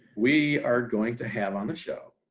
we are going to have on the show,